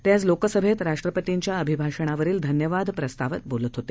तेआज लोकसभेतराष्ट्रपतींच्याअभिभाषाणावरील धन्यवाद प्रस्तावात बोलतहोते